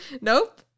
Nope